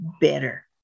better